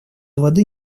воды